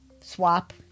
swap